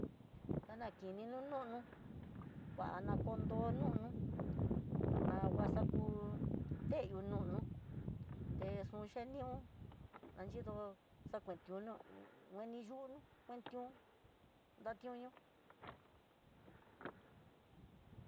Xana kini nu nunu, kuanda kondo nunu, nguanagua xaku tenó nono, te xhuxhenió anyió xakuen tiunó ngueni yunó kuentión datiuño.